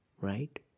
right